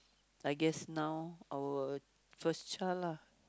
I guess now our first child lah